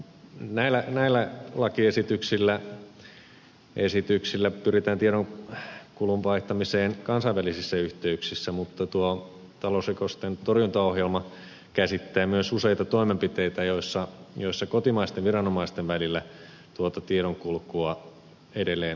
näillä lakiesityksillä pyritään tiedonkulun vaihtamiseen kansainvälisissä yhteyksissä mutta tuo talousrikosten torjuntaohjelma käsittää myös useita toimenpiteitä joissa kotimaisten viranomaisten välillä tuota tiedonkulkua edelleen parannetaan